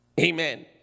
Amen